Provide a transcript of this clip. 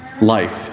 life